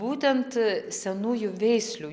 būtent senųjų veislių